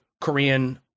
Korean